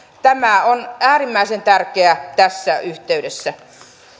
tämä on äärimmäisen tärkeää tässä yhteydessä